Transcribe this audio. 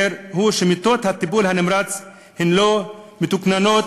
הוא שמיטות הטיפול הנמרץ לא מתוקננות